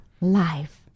life